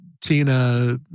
Tina